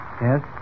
Yes